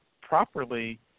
properly